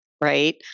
Right